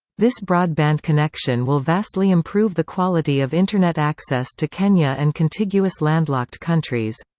this broadband connection will vastly improve the quality of internet access to kenya and contiguous landlocked countries.